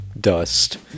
Dust